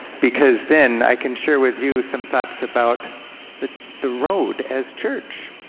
because then i can share with you some thoughts about the the road as church.